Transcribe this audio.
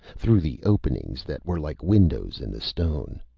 through the openings that were like windows in the stone.